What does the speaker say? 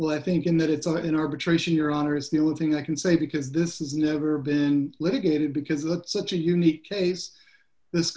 well i think in that it's an arbitration your honor is the only thing i can say because this is never been litigated because it's such a unique case this